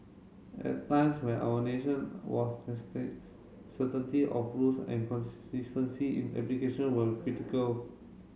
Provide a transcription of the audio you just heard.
at times where our nation was certainty of rules and consistency in application were critical